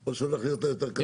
או שהולך להיות יותר קשה?